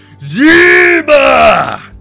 Ziba